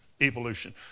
Evolution